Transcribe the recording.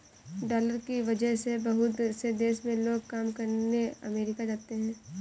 dollar की वजह से बहुत से देशों से लोग काम करने अमरीका जाते हैं